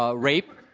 ah rape,